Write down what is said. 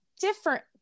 different